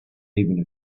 even